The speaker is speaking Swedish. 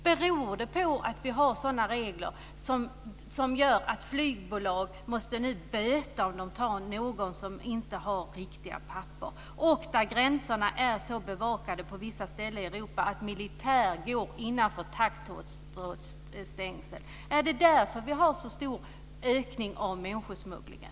Beror det på att vi har sådana regler som gör att flygbolag nu måste böta om de tar in någon som inte har riktiga papper och på att gränserna på vissa ställen i Europa är bevakade av militär innanför taggtrådsstängsel? Är det därför som vi har så stor ökning av människosmugglingen?